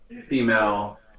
female